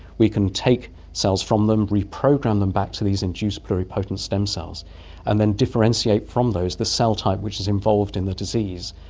we can take cells from them, reprogram them back to these induced pluripotent pluripotent stem cells and then differentiate from those the cell type which is involved in the disease,